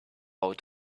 out